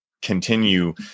continue